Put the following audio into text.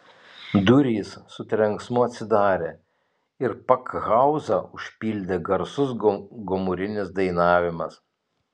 durys su trenksmu atsidarė ir pakhauzą užpildė garsus gomurinis dainavimas